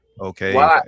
okay